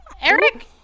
Eric